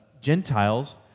Gentiles